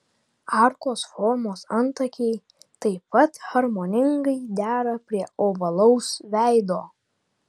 arkos formos antakiai taip pat harmoningai dera prie ovalaus veido